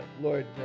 Lord